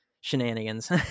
shenanigans